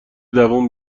دووم